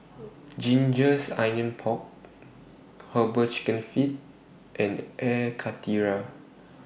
Gingers Onions Pork Herbal Chicken Feet and Air Karthira